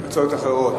הצעות אחרות.